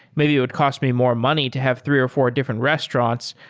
maybe it would cost me more money to have three or four different restaurants,